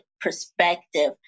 perspective